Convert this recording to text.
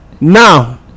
Now